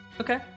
Okay